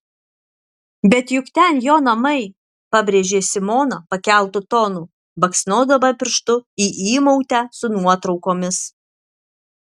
bet juk ten jo namai pabrėžė simona pakeltu tonu baksnodama pirštu į įmautę su nuotraukomis